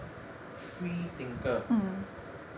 freethinker